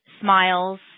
smiles